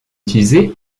utilisée